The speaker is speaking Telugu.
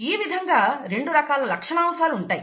ఈ విధంగా రెండు రకాల లక్షణాంశాలు ఉంటాయి